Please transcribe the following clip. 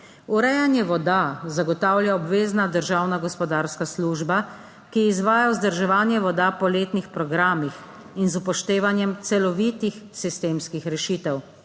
Urejanje voda zagotavlja obvezna državna gospodarska služba, ki izvaja vzdrževanje voda po letnih programih in z upoštevanjem celovitih sistemskih rešitev.